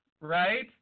right